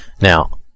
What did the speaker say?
now